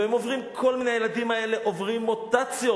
והם עוברים כל מיני, הילדים האלה עוברים מוטציות,